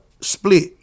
split